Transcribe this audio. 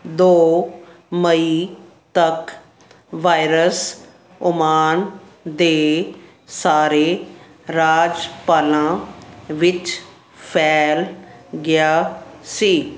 ਦੋ ਮਈ ਤੱਕ ਵਾਇਰਸ ਓਮਾਨ ਦੇ ਸਾਰੇ ਰਾਜਪਾਲਾਂ ਵਿੱਚ ਫੈਲ ਗਿਆ ਸੀ